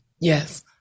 Yes